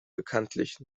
bekanntlich